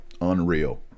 unreal